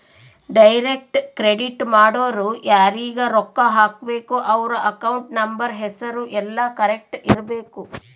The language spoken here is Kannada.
ಡೈರೆಕ್ಟ್ ಕ್ರೆಡಿಟ್ ಮಾಡೊರು ಯಾರೀಗ ರೊಕ್ಕ ಹಾಕಬೇಕು ಅವ್ರ ಅಕೌಂಟ್ ನಂಬರ್ ಹೆಸರು ಯೆಲ್ಲ ಕರೆಕ್ಟ್ ಇರಬೇಕು